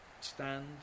stand